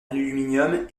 aluminium